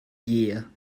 year